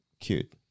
Cute